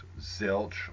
Zilch